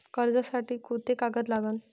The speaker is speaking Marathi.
कर्जसाठी कोंते कागद लागन?